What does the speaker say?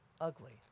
ugly